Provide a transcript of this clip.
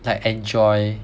like enjoy